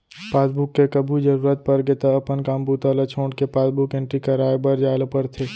passbook के कभू जरूरत परगे त अपन काम बूता ल छोड़के पासबुक एंटरी कराए बर जाए ल परथे